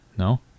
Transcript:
No